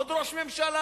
עוד ראש ממשלה?